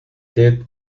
ted